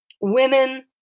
women